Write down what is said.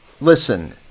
Listen